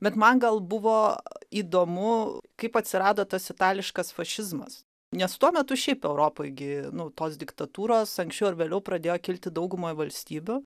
bet man gal buvo įdomu kaip atsirado tas itališkas fašizmas nes tuo metu šiaip europoj gi nu tos diktatūros anksčiau ar vėliau pradėjo kilti daugumoj valstybių